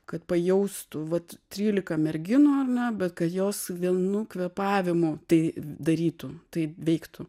kad pajaustų vat trylika merginų ar ne bet kad jos vienu kvėpavimu tai darytų tai veiktų